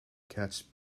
catch